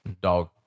dog